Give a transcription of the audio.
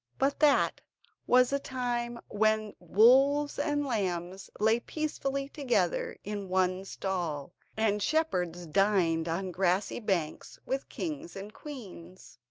but that was the time when wolves and lambs lay peacefully together in one stall, and shepherds dined on grassy banks with kings and queens.